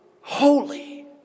holy